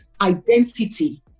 identity